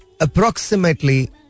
approximately